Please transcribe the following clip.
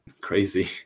crazy